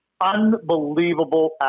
unbelievable